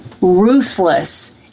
ruthless